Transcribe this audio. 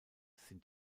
sind